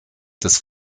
des